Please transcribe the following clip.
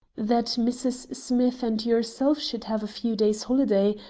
that mrs. smith and yourself should have a few days' holiday,